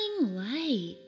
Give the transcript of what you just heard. light